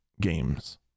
games